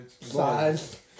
Size